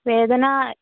വേദന